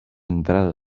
entrada